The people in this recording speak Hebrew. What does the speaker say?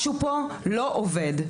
משהו פה לא עובד.